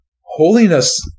Holiness